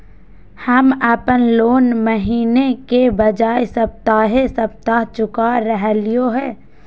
हम अप्पन लोन महीने के बजाय सप्ताहे सप्ताह चुका रहलिओ हें